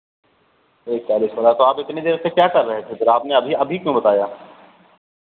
एक चालिस हो रहा तो आप इतनी देर से क्या कर रहे थे फिर आपने अभी अभी क्यों बताया